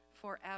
forever